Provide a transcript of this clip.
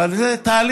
אבל זה תהליך,